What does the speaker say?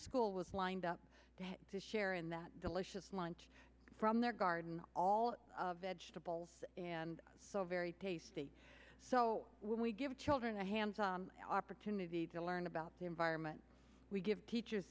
school was lined up to share in that delicious lunch from their garden all vegetables and so very tasty so when we give children a hands on opportunity to learn about the environment we give teachers